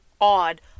odd